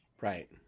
Right